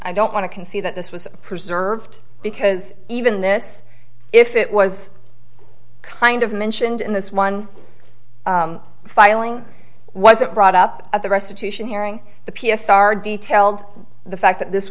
i don't want to concede that this was preserved because even this if it was kind of mentioned in this one filing wasn't brought up at the restitution hearing the p s r detailed the fact that this